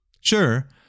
Sure